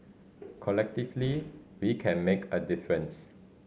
collectively we can make a difference